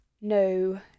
no